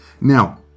Now